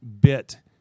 bit